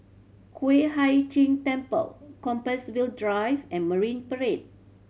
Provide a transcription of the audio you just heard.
Yueh Hai Ching Temple Compassvale Drive and Marine Parade